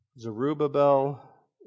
Zerubbabel